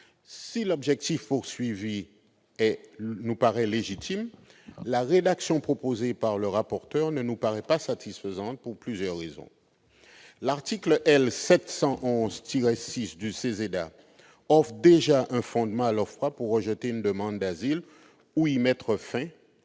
Si l'objectif recherché nous paraît légitime, la rédaction proposée par le rapporteur ne nous semble pas satisfaisante, et ce pour plusieurs raisons. D'abord, l'article L. 711-6 du CESEDA offre déjà un fondement à l'OFPRA pour rejeter une demande d'asile ou y mettre fin,